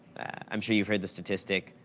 i'm sure you've heard the statistic,